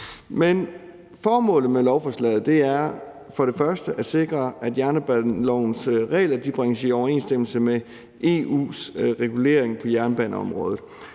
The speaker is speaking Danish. med. Formålet med lovforslaget er for det første at sikre, at jernbanelovens regler bringes i overensstemmelse med EU's regulering på jernbaneområdet.